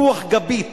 רוח גבית